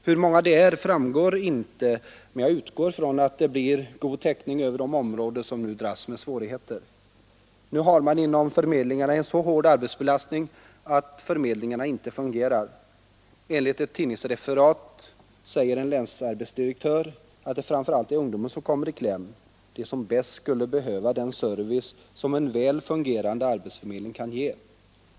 Hur många det blir framgår inte, men jag utgår ifrån att det blir god täckning över de områden som dras med svårigheter. Nu har man inom förmedlingarna en så hård arbetsbelastning att förmed lingarna inte fungerar. Enligt ett tidningsreferat säger en länsarbetsdirektör att det framför allt är ungdomen som kommer i kläm — de som bäst skulle behöva den service som en väl fungerande arbetsförmedling kan ge.